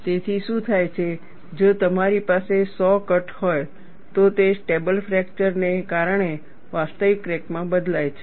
તેથી શું થાય છે જો તમારી પાસે સો કટ હોય તો તે સ્ટેબલ ફ્રેકચર ને કારણે વાસ્તવિક ક્રેકમાં બદલાય છે